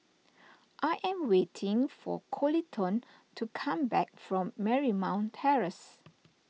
I am waiting for Coleton to come back from Marymount Terrace